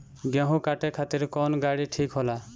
गेहूं काटे खातिर कौन गाड़ी ठीक होला?